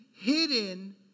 hidden